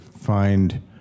find